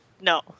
no